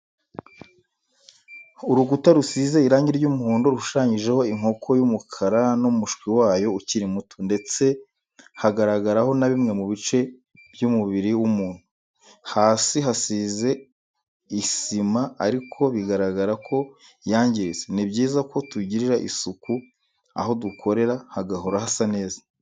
Urukuta rusize irangi ry'umuhondo rushushanyijeho inkoko y'umukara n'umushwi wayo ukiri muto, ndetse hagaragaraho na bimwe mu bice by'umubiri w'umuntu, hasi hasize isima ariko bigaragara ko yangiritse, ni byiza ko tugirira isuku aho dukorera hagahora hasa neza